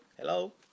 Hello